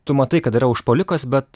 tu matai kad yra užpuolikas bet